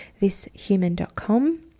thishuman.com